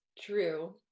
true